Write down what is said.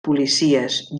policies